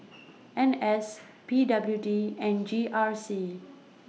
N S P W D and G R C